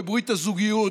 בברית הזוגיות,